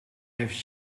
heeft